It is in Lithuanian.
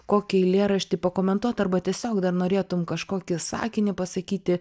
kokį eilėraštį pakomentuot arba tiesiog dar norėtum kažkokį sakinį pasakyti